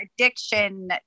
addiction